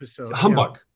Humbug